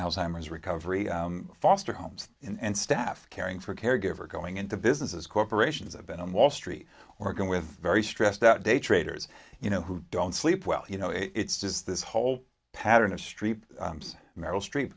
alzheimer's recovery foster homes and staff caring for caregiver going into businesses corporations have been on wall street or going with very stressed out day traders you know who don't sleep well you know it's just this whole pattern of street meryl streep